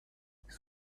this